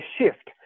shift